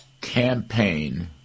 campaign